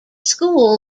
school